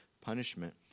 punishment